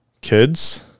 kids